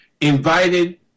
invited